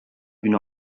günü